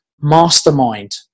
Mastermind